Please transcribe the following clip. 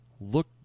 look